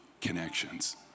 connections